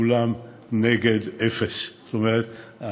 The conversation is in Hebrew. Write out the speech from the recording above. כולן: נגד, אפס, זאת אומרת,